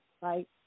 right